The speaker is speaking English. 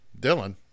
Dylan